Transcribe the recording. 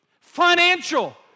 financial